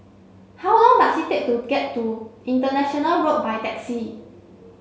how long does it take to get to International Road by taxi